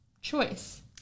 choice